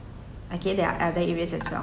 okay there are other areas as well